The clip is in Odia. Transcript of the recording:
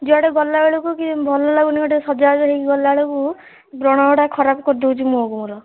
ଯୁଆଡ଼େ ଗଲାବେଳକୁ କି ଭଲ ଲାଗୁନି ଗୋଟେ ସଜବାଜ ହେଇକି ଗଲାବେଳକୁ ବ୍ରଣ ଗୁଡ଼ା ଖରାପ କରିଦେଉଛି ମୁହଁକୁ ମୋର